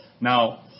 Now